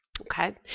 okay